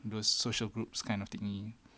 the social groups kind of thing